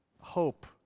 hope